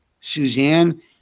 Suzanne